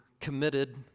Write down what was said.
committed